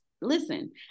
listen